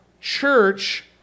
church